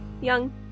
young